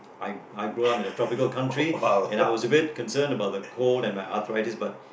I I grown up in a tropical country and I was a bit concerned about the cold and my arthritis but